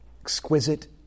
Exquisite